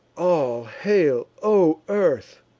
all hail, o earth!